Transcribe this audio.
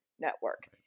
network